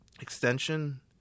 Extension